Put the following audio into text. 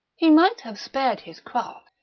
he might have spared his craft.